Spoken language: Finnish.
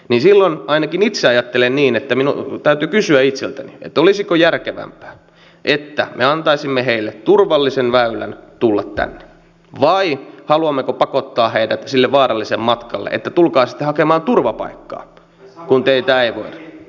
silloin ainakin itse ajattelen niin että minun täytyy kysyä itseltäni olisiko järkevämpää että me antaisimme heille turvallisen väylän tulla tänne vai haluammeko pakottaa heidät sille vaaralliselle matkalle että tulkaa sitten hakemaan turvapaikkaa kun teitä ei voida